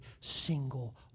single